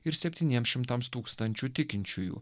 ir septyniems šimtams tūkstančių tikinčiųjų